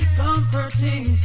comforting